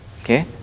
okay